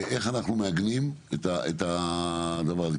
איך אנחנו מעגנים את הדבר הזה.